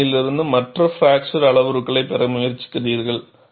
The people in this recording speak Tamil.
சோதனையிலிருந்து மற்ற பிராக்சர் அளவுருக்களைப் பெற முயற்சிக்கிறீர்கள்